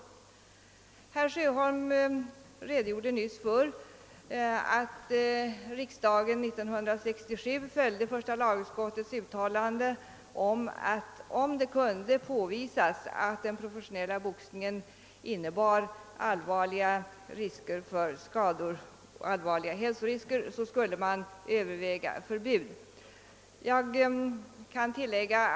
Herr Sjöholm påpekade nyss att kamrarna år 1967 anslöt sig till första lagutskottets uttalande, att om det kunde påvisas att den professionella boxningen innebär allvarliga hälsorisker, så skulle ett förbud övervägas.